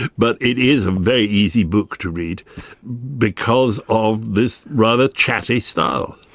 but it is a very easy book to read because of this rather chatty style.